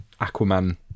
Aquaman